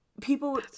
people